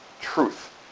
truth